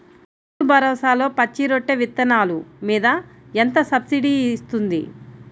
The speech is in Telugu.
రైతు భరోసాలో పచ్చి రొట్టె విత్తనాలు మీద ఎంత సబ్సిడీ ఇస్తుంది?